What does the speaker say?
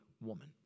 woman